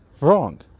wrong